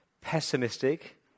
pessimistic